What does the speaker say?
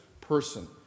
person